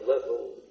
level